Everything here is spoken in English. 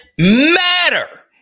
matter